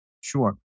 Sure